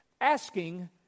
Asking